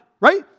right